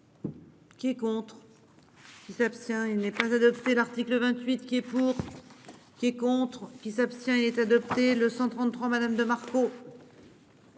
Qui est contre. Qui s'abstient. Il n'est pas adopté l'article 28 qui est pour. Qui est contre qui s'abstient est adopté le 133 Madame de Marco.